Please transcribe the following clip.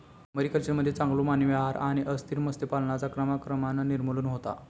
मरीकल्चरमध्ये चांगलो मानवी आहार आणि अस्थिर मत्स्य पालनाचा क्रमाक्रमान निर्मूलन होता